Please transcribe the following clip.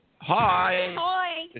hi